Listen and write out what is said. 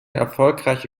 erfolgreiche